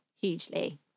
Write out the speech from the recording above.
hugely